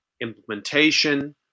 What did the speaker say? implementation